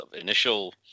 initial